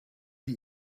die